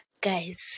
Guys